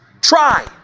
Try